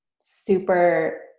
super